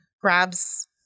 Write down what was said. grabs